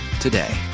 today